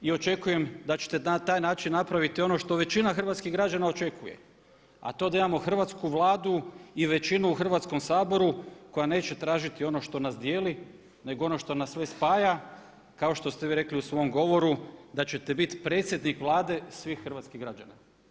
I očekujem da ćete na taj način napraviti ono što većina hrvatskih građana očekuje, a to je da imamo Hrvatsku vladu i većinu u Hrvatskom saboru koja neće tražiti ono što nas dijeli nego ono što nas sve spaja kao što ste vi rekli u svom govoru da ćete biti predsjednik Vlade svih hrvatskih građana.